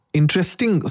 interesting